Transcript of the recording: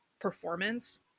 performance